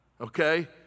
okay